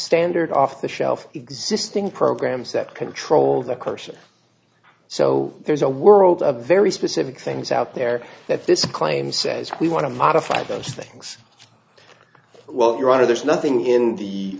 standard off the shelf existing programs that control the question so there's a world of very specific things out there that this claim says we want to modify those things well your honor there's nothing in the